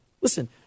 Listen